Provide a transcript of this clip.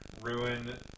ruin